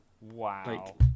wow